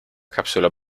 capsula